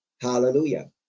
Hallelujah